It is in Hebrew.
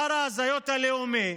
שר ההזיות הלאומי,